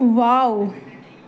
wow